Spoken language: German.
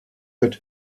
wird